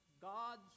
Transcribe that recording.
God's